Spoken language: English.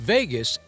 Vegas